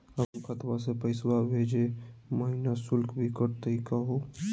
अपन खतवा से पैसवा भेजै महिना शुल्क भी कटतही का हो?